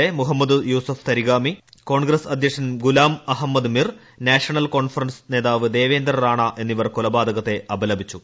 A Muhammad Yusuf Tarigami Congress അധ്യക്ഷൻ ഗുലാം അഹമ്മദ് മിർ നാഷണൽ കോൺഫറൻസ് നേതാവ് ദേവേന്ദർ റാണ എന്നിവർ കൊലപാതകത്തെ അപലപിച്ചു